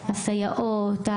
הסייעות,